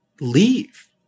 leave